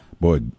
Boy